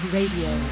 Radio